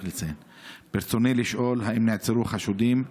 רצוני לשאול: 1. האם נעצרו חשודים?